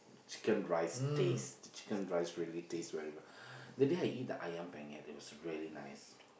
chicken rice taste the chicken rice really taste very well that day I eat the ayam-penyet it was really nice